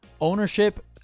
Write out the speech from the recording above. ownership